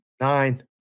Nine